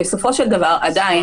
בסופו של דבר, עדיין